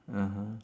(uh huh)